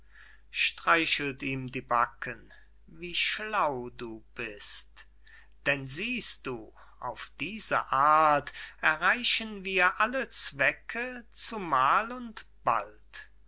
wie schlau du bist denn siehst du auf diese art erreichen wir alle zwecke zumal und bald